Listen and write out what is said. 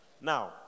Now